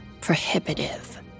prohibitive